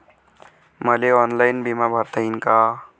मले ऑनलाईन बिमा भरता येईन का?